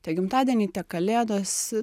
tiek gimtadieniai tiek kalėdos